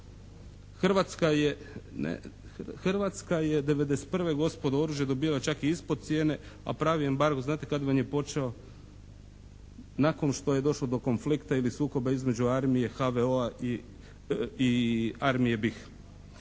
Hrvatska je '91. gospodo, oružje dobivala čak i ispod cijene a pravi embargo znate kad vam je počeo? Nakon što je došlo do konflikta ili sukoba između Armije HVO-a i Armije BiH.